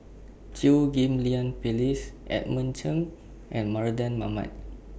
Chew Ghim Lian Phyllis Edmund Chen and Mardan Mamat